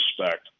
respect